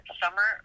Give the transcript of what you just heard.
summer